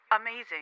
amazing